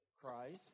Christ